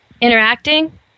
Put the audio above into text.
interacting